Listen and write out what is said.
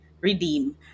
redeem